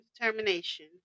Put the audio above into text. determination